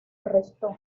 arrestó